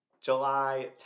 july